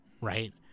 right